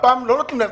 הפעם לא נותנים להן.